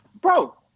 bro